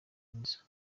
nizzo